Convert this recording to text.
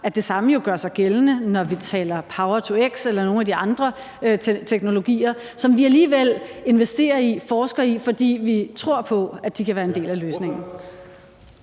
at det samme jo gør sig gældende, når vi taler power-to-x eller nogle af de andre teknologier, som vi alligevel investerer i og forsker i, fordi vi tror på, at de kan være en del af løsningen?